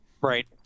Right